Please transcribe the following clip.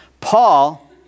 Paul